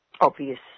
obvious